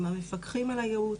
עם המפקחים על הייעוץ,